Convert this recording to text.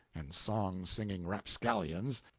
and song-singing rapscallions.